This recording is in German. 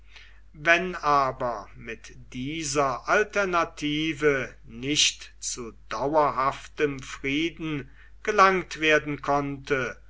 wenn aber mit dieser alternative nicht zu dauerhaftem frieden gelangt werden konnte